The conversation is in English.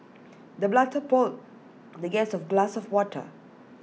the butler poured the guest of A glass of water